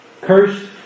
Cursed